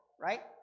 right